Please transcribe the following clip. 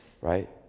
right